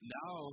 now